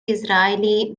israeli